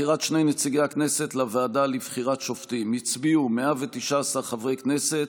בחירת שני נציגי הכנסת לוועדה לבחירת שופטים: הצביעו 119 חברי כנסת,